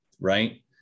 Right